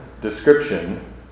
description